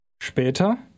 Später